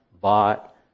bought